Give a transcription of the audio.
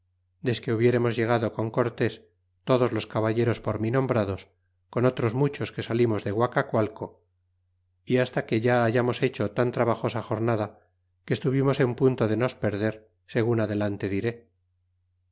lugar desque hubieremos llegado con cortés todos los caballeros por mi nombrados con otros muchos que salimos de guacacualco y hasta que ya hayamos hecho tan trabajosa jornada que estuvimos en punto de nos perder segun adelante diré